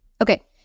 Okay